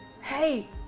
Hey